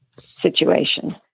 situation